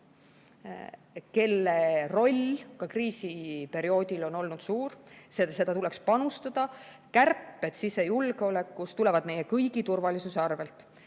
mille roll ka kriisiperioodil on olnud suur. Sellesse tuleks panustada. Kärped sisejulgeolekus tulevad meie kõigi turvalisuse arvel.